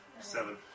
Seven